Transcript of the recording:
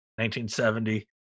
1970